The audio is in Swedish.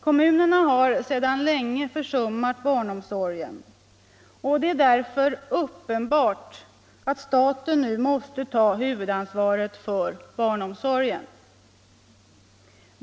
Kommunerna har sedan länge försummat barnomsorgen. Det är därför uppenbart att staten nu måste ta huvudansvaret för barnomsorgen.